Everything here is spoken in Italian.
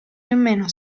nemmeno